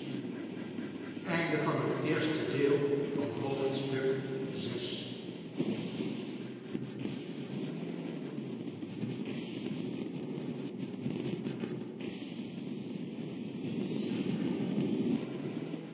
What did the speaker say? onderwerp van het gesprek haar van het